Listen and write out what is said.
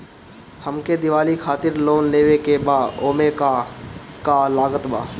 हमके दिवाली खातिर लोन लेवे के बा ओमे का का लागत बा?